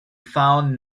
found